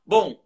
Bom